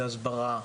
זה הסברה,